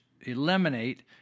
eliminate